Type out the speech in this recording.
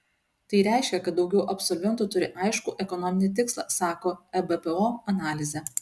tai reiškia kad daugiau absolventų turi aiškų ekonominį tikslą sako ebpo analizė